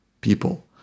people